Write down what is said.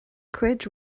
cuid